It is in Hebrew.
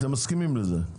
אתם מסכימים לזה.